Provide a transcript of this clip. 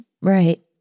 Right